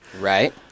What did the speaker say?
right